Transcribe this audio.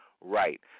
right